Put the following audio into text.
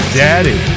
daddy